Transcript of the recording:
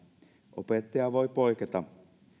opettaja voi poiketa